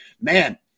man